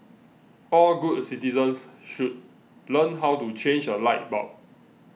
all good citizens should learn how to change a light bulb